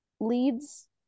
leads